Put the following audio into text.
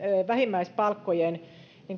vähimmäispalkkojen